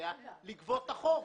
סמכויותיה לגבות את החוב.